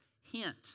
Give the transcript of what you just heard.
hint